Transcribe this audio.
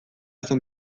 zen